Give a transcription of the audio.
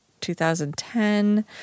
2010